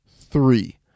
Three